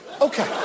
Okay